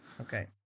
Okay